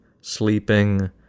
sleeping